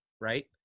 right